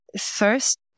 First